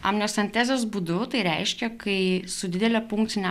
amniocentezės būdu tai reiškia kai su didele punkcine